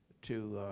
to